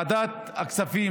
ועדת הכספים,